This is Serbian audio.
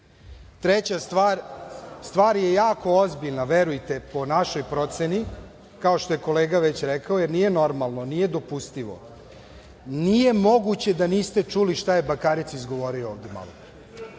stvar, stvar je jako ozbiljna verujte po našoj proceni, kao što je kolega već rekao, jer nije normalno, nije dopustivo, nije moguće da niste čuli šta je Bakarec izgovorio ovde